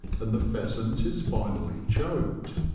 and the pheasant is finally choked.